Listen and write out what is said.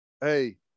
hey